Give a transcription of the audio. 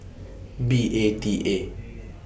B A T A